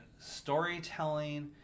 storytelling